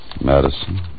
Madison